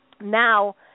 now